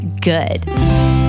good